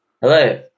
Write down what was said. Hello